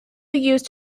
used